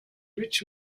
rich